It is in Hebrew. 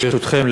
ברשותכם,